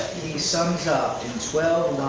sums up in twelve